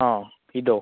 ആ ഇതോ